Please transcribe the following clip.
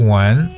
one